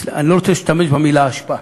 אני לא רוצה להשתמש במילה אשפה,